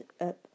up